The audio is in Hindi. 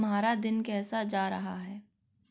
तुम्हारा दिन कैसा जा रहा है